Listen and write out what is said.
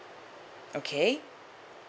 okay